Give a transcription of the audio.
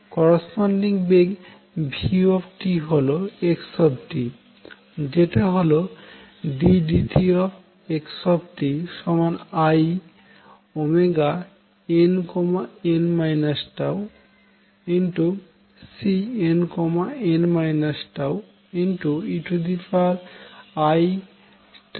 corresponding বেগ v হল xt যেটা হল ddtx inn τCnn τ eit